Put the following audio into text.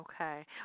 Okay